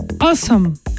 awesome